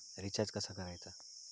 Recharge कसा करायचा?